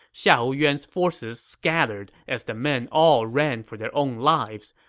xiahou yuan's forces scattered as the men all ran for their own lives.